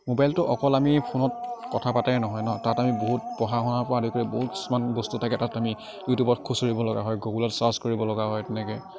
মোবাইলটো অকল আমি ফোনত কথা পতাই নহয় ন তাত আমি বহুত পঢ়া শুনাৰপৰা আদি কৰি বহুত কিছুমান বস্তু থাকে তাত আমি ইউটিউবত খুচৰিবলগা হয় গুগুলত চাৰ্চ কৰিবলগা হয় তেনেকৈ